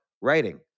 writing